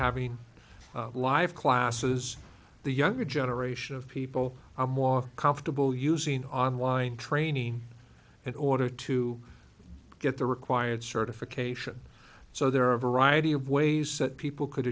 having live classes the younger generation of people are more comfortable using online training in order to get the required certification so there are a variety of ways that people could